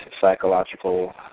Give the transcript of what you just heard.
psychological